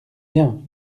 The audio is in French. bien